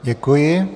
Děkuji.